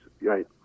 right